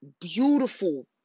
Beautiful